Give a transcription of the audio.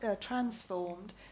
transformed